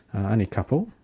and a couple,